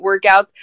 workouts